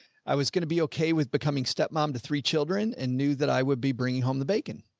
i was going to be okay with becoming step-mom to three children and knew that i would be bringing home the bacon.